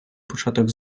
початок